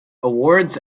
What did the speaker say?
awards